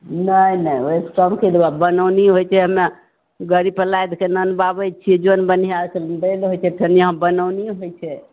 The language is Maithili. नहि नहि ओहि सभके बनौनी होइ छै हमे गाड़ीपर लादिके आनबाबै छी जौन बनिहार सभ नहि रहै छै फेर इहाँ बनौनी होइ छै